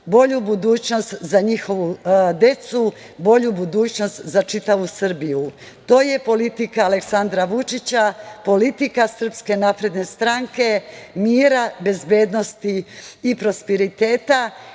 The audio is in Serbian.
bolju budućnost za njihovu decu, bolju budućnost za čitavu Srbiju. To je politika Aleksandra Vučića, politika SNS, mira, bezbednosti i prosperiteta